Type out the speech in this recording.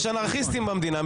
יש אנרכיסטים במדינה.